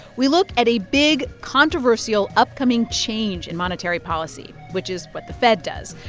we look at a big, controversial upcoming change in monetary policy, which is what the fed does.